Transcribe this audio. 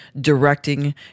directing